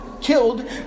killed